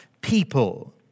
people